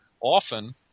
often